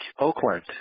Oakland